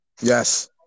Yes